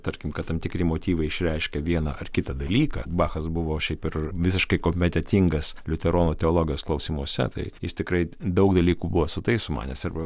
tarkim kad tam tikri motyvai išreiškia vieną ar kitą dalyką bachas buvo šiaip ir visiškai kompetentingas liuteronų teologas klausimuose tai jis tikrai daug dalykų buvo su tai sumanęs arba